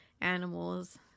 animals